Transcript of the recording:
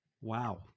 Wow